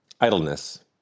idleness